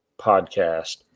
podcast